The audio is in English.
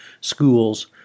schools